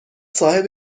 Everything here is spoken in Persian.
صاحب